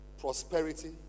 prosperity